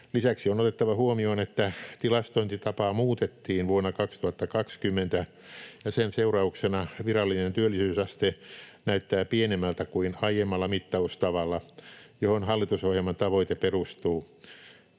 Lisäksi on otettava huomioon, että tilastointitapaa muutettiin vuonna 2020 ja sen seurauksena virallinen työllisyysaste näyttää pienemmältä kuin aiemmalla mittaustavalla, johon hallitusohjelman tavoite perustuu.